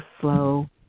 slow